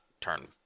turn